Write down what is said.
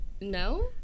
no